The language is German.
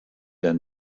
der